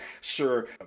Sir